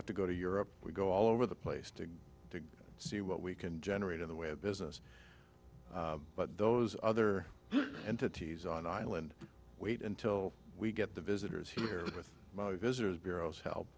have to go to europe we go all over the place to see what we can generate in the way of business but those other entities on island wait until we get the visitors here with visitors bureau help